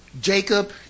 Jacob